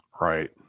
Right